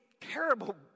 terrible